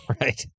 Right